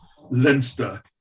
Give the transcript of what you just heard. Leinster